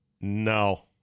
No